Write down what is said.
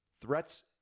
Threats